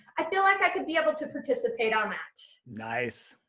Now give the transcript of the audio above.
i feel like i could be able to participate on that. nice,